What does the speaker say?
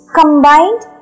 combined